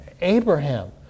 Abraham